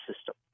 system